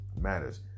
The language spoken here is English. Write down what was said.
matters